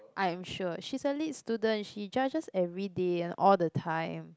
I am sure she's a Lit student she judges every day and all the time